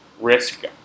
risk